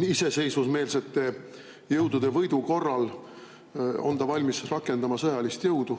iseseisvusmeelsete jõudude võidu korral on ta valmis rakendama sõjalist jõudu,